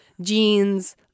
jeans